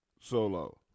Solo